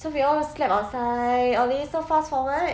so we all slept outside okay so fast-forward